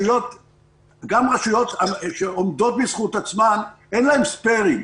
גם רשויות מקומיות שעומדות ברשות עצמן אין להן ספֵּרים.